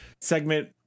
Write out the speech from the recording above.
segment